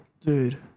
Dude